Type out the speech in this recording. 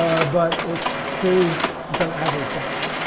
but it's true in some average sense,